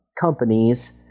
companies